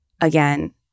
again